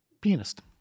pianist